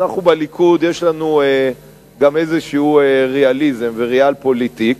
אנחנו בליכוד יש לנו גם איזה ריאליזם וריאל-פוליטיק.